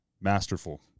masterful